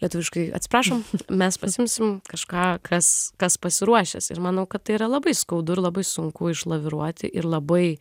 lietuviškai atsiprašom mes pasiimsim kažką kas kas pasiruošęs ir manau kad tai yra labai skaudu ir labai sunku išlaviruoti ir labai